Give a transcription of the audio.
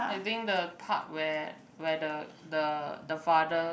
I think the part where where the the the father